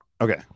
Okay